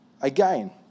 again